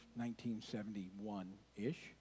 1971-ish